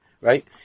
Right